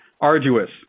arduous